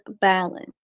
balance